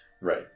Right